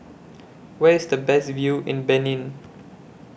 Where IS The Best View in Benin